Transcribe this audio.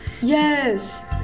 Yes